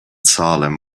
salem